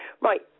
right